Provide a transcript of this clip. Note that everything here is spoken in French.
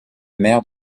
maire